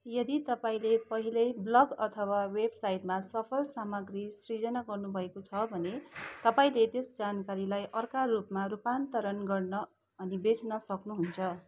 यदि तपाईँले पहिल्यै ब्लग अथवा वेबसाइटमा सफल सामग्री सिर्जना गर्नुभएको छ भने तपाईँले त्यस जानकारीलाई अर्का रूपमा रूपान्तरण गर्न अनि बेच्न सक्नुहुन्छ